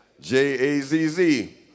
J-A-Z-Z